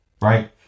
right